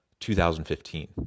2015